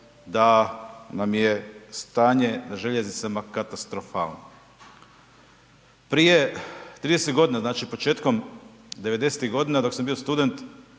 da nam je stanje na željeznicama katastrofalno. Prije 30 godina, znači početkom'90.-tih godina dok sam bio student